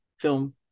film